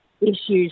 issues